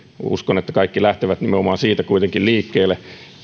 uskon että kaikki lähtevät nimenomaan siitä kuitenkin liikkeelle